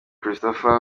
christopher